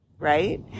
right